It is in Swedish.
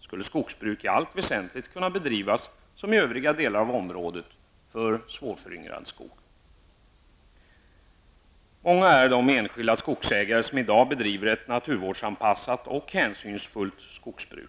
skulle skogsbruket i allt väsentligt kunna bedrivas som i övriga delar av området för svårföryngrad skog. Många är de enskilda skogsägare som i dag bedriver ett naturvårdsanpassat och hänsynsfullt skogsbruk.